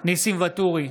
ניסים ואטורי,